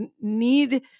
need